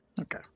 Okay